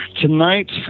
Tonight